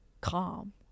calm